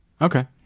Okay